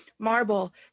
Marble